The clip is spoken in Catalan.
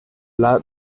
pla